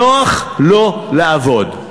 נוח לא לעבוד.